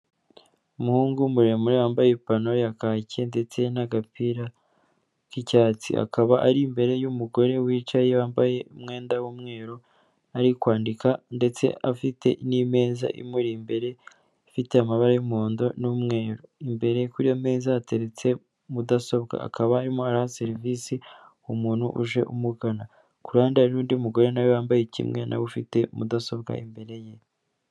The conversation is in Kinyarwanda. Umuhungu muremure wambaye ipantaro ya kaki ndetse n'agapira k'icyatsi, akaba ari imbere y'umugore wicaye wambaye umwenda w'umweru ari kwandika ndetse afite n'imeza imuri imbere ifite amabara y'umuhondo n'umweru, imbere kuri iyo meza hateretse mudasobwa, akaba arimo araha serivisi umuntu uje umugana, ku ruhande hari nundi mugore nawe wambaye kimwe nawe we ufite mudasobwa imbere ye.